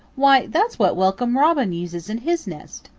why, that's what welcome robin uses in his nest.